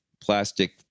plastic